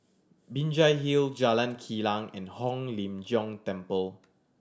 Binjai Hill Jalan Kilang and Hong Lim Jiong Temple